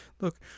Look